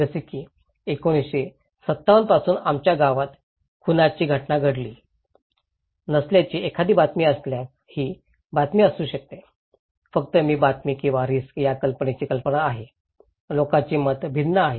जसे की 1957 पासून आमच्या गावात खुनाची घटना घडली नसल्याची एखादी बातमी असल्यास ही बातमी असू शकते फक्त ही बातमी किंवा रिस्क या कल्पनेची कल्पना आहे लोकांचे मत भिन्न आहे